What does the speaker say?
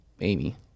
Amy